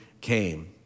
came